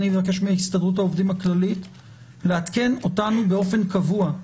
אבקש מהסתדרות העובדים הכללית לעדכן אותנו באופן קבוע,